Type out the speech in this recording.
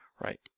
right